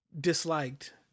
disliked